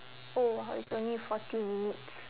oh it's only forty minutes